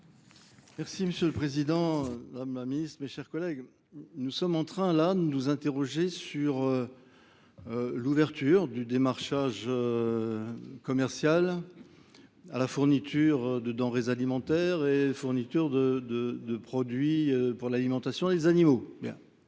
Merci Monsieur le Président, Madame la Ministre, mes chers collègues. Nous sommes en train là de nous interroger sur l'ouverture du démarchage commercial à la fourniture de denrées alimentaires et fournitures de produits pour l'alimentation des animaux.